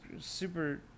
super